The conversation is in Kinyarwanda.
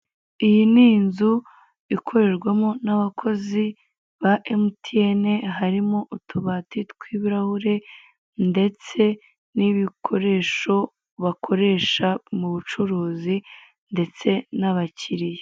Iyi ni inzu ikoreramo n'abakozi ba emutiyene harimo utubati tw'ibirahure ndetse n'ibikoresho bakoreshwa mu bucuruzi ndetse n'abakiriya.